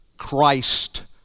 Christ